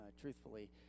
truthfully